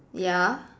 ya